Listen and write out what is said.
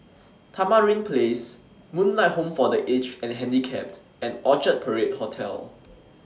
Tamarind Place Moonlight Home For The Aged and Handicapped and Orchard Parade Hotel